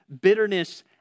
bitterness